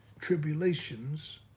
tribulations